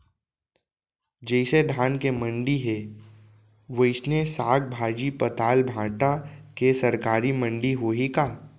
जइसे धान के मंडी हे, वइसने साग, भाजी, पताल, भाटा के सरकारी मंडी होही का?